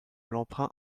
l’emprunt